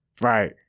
Right